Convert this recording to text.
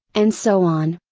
and so on.